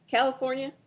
California